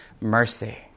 mercy